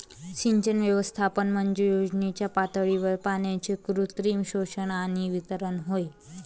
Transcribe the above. सिंचन व्यवस्थापन म्हणजे योजनेच्या पातळीवर पाण्याचे कृत्रिम शोषण आणि वितरण होय